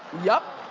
yup,